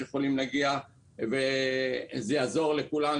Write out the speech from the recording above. תיירים שיכולים להגיע וזה יעזור לכולם,